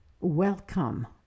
welcome